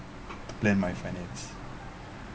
plan my finance